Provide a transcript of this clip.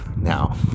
now